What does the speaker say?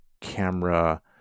camera